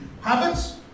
Habits